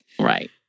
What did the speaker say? Right